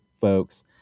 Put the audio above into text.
folks